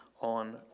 on